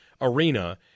arena